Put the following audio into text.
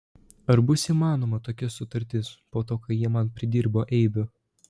ar bus įmanoma tokia sutartis po to kai jie man pridirbo eibių